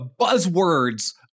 buzzwords